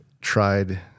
tried